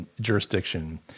jurisdiction